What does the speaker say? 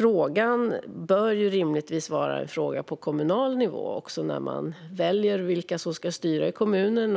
Detta bör rimligtvis vara en fråga på kommunal nivå. Jag tänker på när man väljer vilka som ska styra i kommunen.